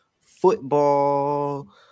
football